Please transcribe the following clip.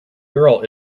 girl